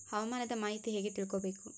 ಹವಾಮಾನದ ಮಾಹಿತಿ ಹೇಗೆ ತಿಳಕೊಬೇಕು?